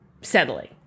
settling